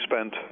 spent